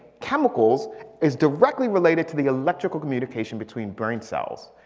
chemicals is directly related to the electrical communication between brain cells.